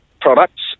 products